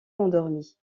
endormis